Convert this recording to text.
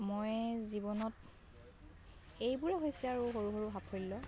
মই জীৱনত এইবোৰে হৈছে আৰু সৰু সৰু সাফল্য